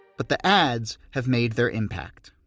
but, the ads have made their impact